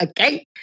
Okay